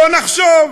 בוא נחשוב.